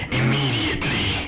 immediately